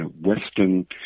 Western